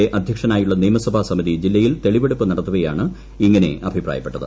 A അധ്യക്ഷനായുളള നിയമസ്യഭാ സ്മിതി ജില്ലയിൽ തെളിവെടുപ്പ് നടത്തവെയാണ് ഇങ്ങന്റെ അഭിപ്രായപ്പെട്ടത്